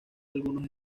algunos